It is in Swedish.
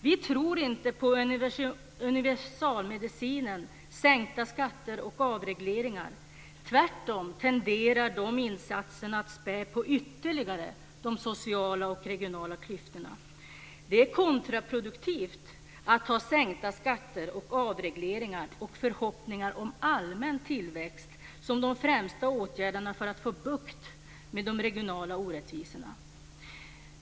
Vi tror inte på universalmedicinen sänkta skatter och avregleringar. Tvärtom tenderar de insatserna att ytterligare spä på de sociala och regionala klyftorna. Det är kontraproduktivt att ha sänkta skatter och avregleringar och förhoppningar om allmän tillväxt som de främsta åtgärderna för att få bukt med de regionala orättvisorna.